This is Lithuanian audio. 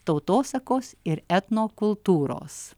tautosakos ir etnokultūros